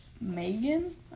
Megan